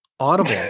Audible